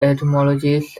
etymologies